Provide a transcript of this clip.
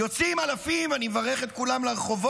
יוצאים אלפים לרחובות, אני מברך את כולם.